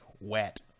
wet